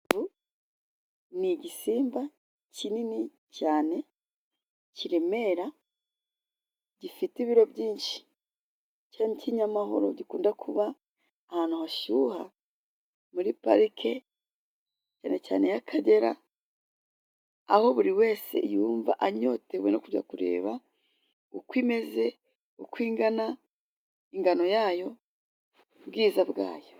Inzovu ni igisimba kinini cyane kiremera gifite ibiro byinshi, cyo ni ikinyamahoro gikunda kuba ahantu hashyuha muri parike cyane y'akagera aho buri wese yumva anyotewe no kujya kureba uko imeze ,uko ingana, ingano yayo ubwiza bwayo.